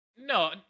No